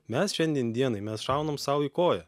mes šiandien dienai mes šaunam sau į koją